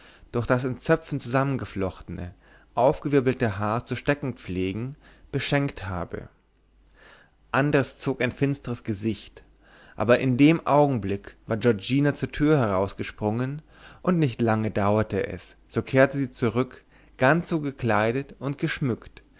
durch das in zöpfen zusammengeflochtene aufgewirbelte haar zu stecken pflegen beschenkt habe andres zog ein finstres gesicht aber in dem augenblick war giorgina zur tür herausgesprungen und nicht lange dauerte es so kehrte sie zurück ganz so gekleidet und geschmückt